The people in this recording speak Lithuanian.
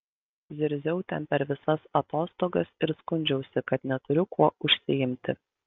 zirziau ten per visas atostogas ir skundžiausi kad neturiu kuo užsiimti